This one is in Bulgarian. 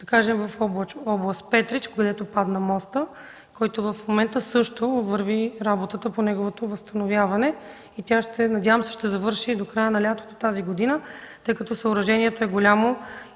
да кажем, в област Петрич, където падна мостът, по който в момента също върви работата по неговото възстановяване и тя, надявам се, ще довърши до края на лятото, тъй като съоръжението е голямо